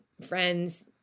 friends